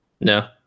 No